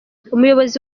umuyobozi